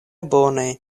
bone